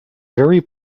very